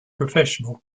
professional